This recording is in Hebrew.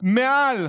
מעל